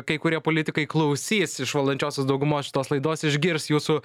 kai kurie politikai klausys iš valdančiosios daugumos šitos laidos išgirs jūsų